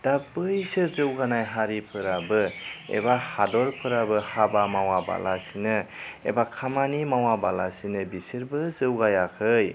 दा बैसोर जौगानाय हारिफोराबो एबा हादरफोराबो हाबा मावाबालासिनो एबा खामानि मावाबालासिनो बिसोरबो जौगायाखै